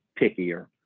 pickier